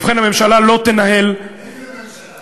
ובכן, הממשלה לא תנהל, איזה ממשלה?